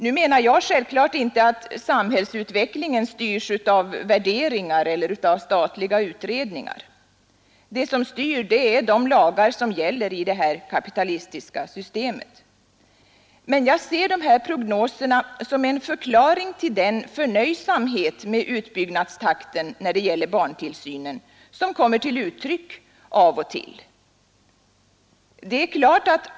Nu menar jag självklart inte att samhällsutvecklingen styrs av värderingar eller av statliga utredningar — det som styr är de lagar som gäller i det kapitalistiska systemet — men jag ser de här prognoserna som en förklaring till den förnöjsamhet med utbyggnadstakten när det gäller barntillsynen som kommer till uttryck av och till.